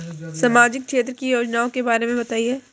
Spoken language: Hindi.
सामाजिक क्षेत्र की योजनाओं के बारे में बताएँ?